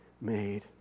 made